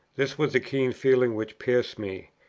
this was the keen feeling which pierced me,